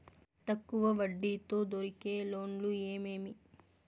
తక్కువ వడ్డీ తో దొరికే లోన్లు ఏమేమి